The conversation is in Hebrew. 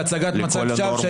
בהצגת מצג שווא,